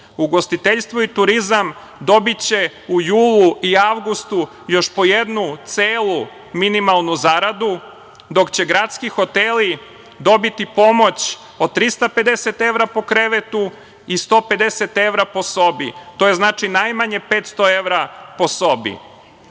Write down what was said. pomoć. Ugostiteljstvo i turizam dobiće u julu i avgustu još po jednu celu minimalnu zaradu, dok će gradski hoteli dobiti pomoć od 350 evra po krevetu i 150 evra po sobi. To je, znači, najmanje 500 evra po sobi.